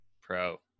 Pro